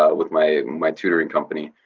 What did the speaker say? ah with my my tutoring company.